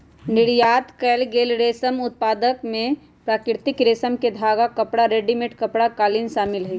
निर्यात कएल गेल रेशम उत्पाद में प्राकृतिक रेशम के धागा, कपड़ा, रेडीमेड कपड़ा, कालीन शामिल हई